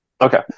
Okay